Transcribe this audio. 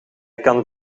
kan